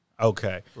Okay